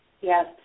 Yes